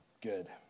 good